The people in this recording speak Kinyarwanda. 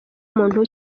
muntu